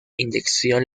inyección